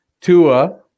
Tua